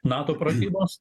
nato pratybos